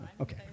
Okay